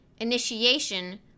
initiation